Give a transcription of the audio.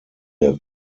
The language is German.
der